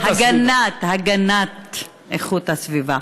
הגנת, הגנת איכות הסביבה.